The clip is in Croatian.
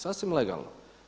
Sasvim legalno.